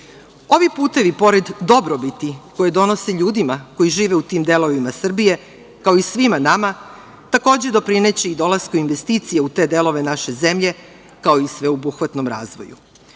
Ovi putevi pored dobrobiti koje donose ljudima koji žive u tim delovima Srbije, kao i svima nama, takođe doprineće i dolasku investicije u te delove naše zemlje, kao i sveobuhvatnom razvoju